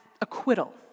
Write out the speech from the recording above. acquittal